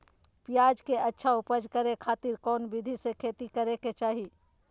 प्याज के अच्छा उपज करे खातिर कौन विधि से खेती करे के चाही?